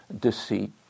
deceit